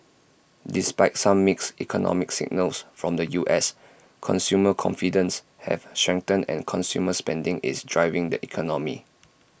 despite some mixed economic signals from the U S consumer confidence has strengthened and consumer spending is driving the economy